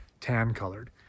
tan-colored